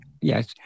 Yes